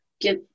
get